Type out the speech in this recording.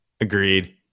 Agreed